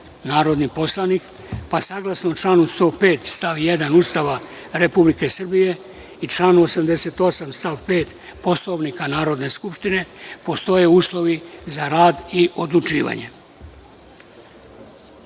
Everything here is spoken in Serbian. narodni poslanik, pa saglasno članu 105. stav 1. Ustava Republike Srbije i članu 88. stav 5. Poslovnika Narodne skupštine, postoje uslovi za rad i odlučivanje. Podsećam